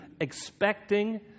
expecting